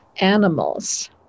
animals